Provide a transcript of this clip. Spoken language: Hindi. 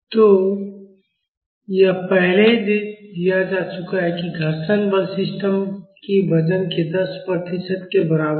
तो यह पहले ही दिया जा चुका है कि घर्षण बल सिस्टम के वजन के 10 प्रतिशत के बराबर है